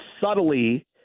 subtly